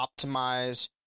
optimize